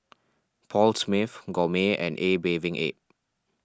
Paul Smith Gourmet and A Bathing Ape